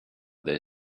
their